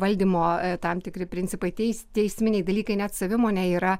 ir valdymo tam tikri principai teis teisminiai dalykai net savimonė yra